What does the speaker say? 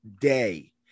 day